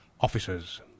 officers